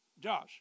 Josh